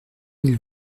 mille